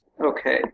Okay